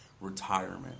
retirement